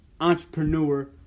entrepreneur